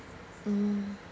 mm